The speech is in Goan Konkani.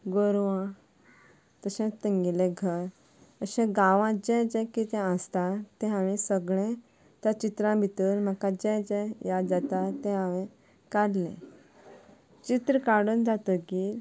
गोरवां तशेंच तेंगेलें घर जशें गांवाचें जें कितें आसता तें हांंवें सगळें त्या चित्रा भितर म्हाका जें जें याद जाता तें हांवें काडलें चित्र काडून जातकीर